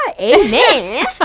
amen